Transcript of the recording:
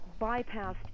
bypassed